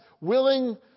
willing